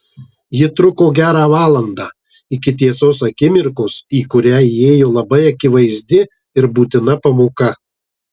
ji truko gerą valandą iki tiesos akimirkos į kurią įėjo labai akivaizdi ir būtina pamoka